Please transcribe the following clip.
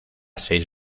seis